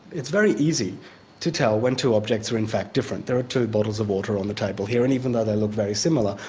it's very easy to tell when two objects are in fact different. there are two bottles of water on the table here, and even though they look very similar,